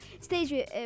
stage